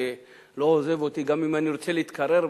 שלא עוזב אותי גם אם אני רוצה "להתקרר"